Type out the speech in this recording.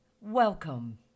Welcome